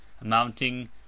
amounting